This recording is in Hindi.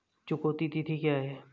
चुकौती तिथि क्या है?